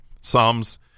Psalms